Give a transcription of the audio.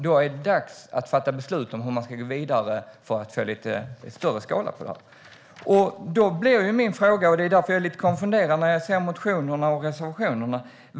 Då är det dags att fatta beslut om hur man ska gå vidare för att få lite större skala på det. Det är därför jag är lite konfunderad när jag ser motionerna och reservationerna.